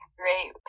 great